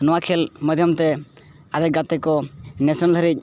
ᱱᱚᱣᱟ ᱠᱷᱮᱹᱞ ᱢᱟᱫᱽᱫᱷᱚᱢᱛᱮ ᱟᱫᱷᱮᱠ ᱜᱟᱛᱮ ᱠᱚ ᱫᱷᱟᱹᱨᱤᱡ